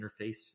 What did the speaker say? interface